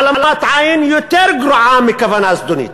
העלמת עין יותר גרועה מכוונה זדונית.